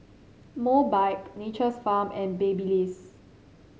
Mobike Nature's Farm and Babyliss